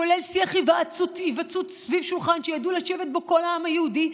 כולל שיח היוועצות סביב שולחן שידעו לשבת בו כל העם היהודי,